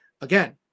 again